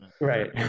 Right